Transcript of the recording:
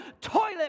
toilet